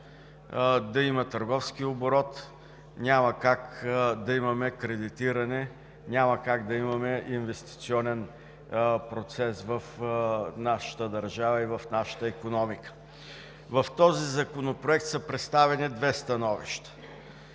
да има търговски оборот, няма как да имаме кредитиране, няма как да имаме инвестиционен процес в нашата държава и в нашата икономика. В този законопроект са представени две становища.